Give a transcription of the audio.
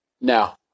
now